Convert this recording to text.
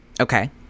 Okay